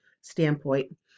standpoint